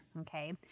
Okay